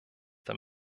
der